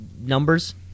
Numbers